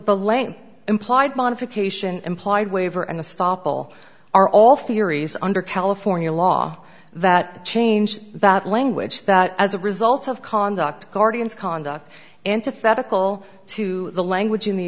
the length implied modification implied waiver and a stop all are all theories under california law that change that language as a result of conduct guardian's conduct antithetical to the language in the